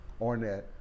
Ornette